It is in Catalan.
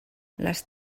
les